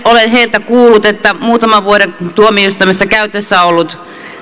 olen heiltä kuullut että muutaman vuoden tuomioistuimissa käytössä ollut